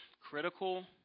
critical